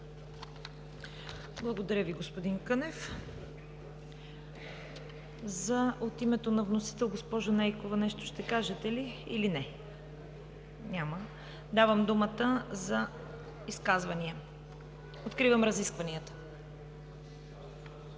Благодаря Ви, господин Кънев. От името на вносител, госпожо Нейкова, нещо ще кажете ли или не? Няма. Давам думата за изказвания. Откривам разискванията.